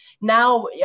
Now